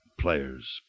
Players